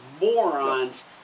morons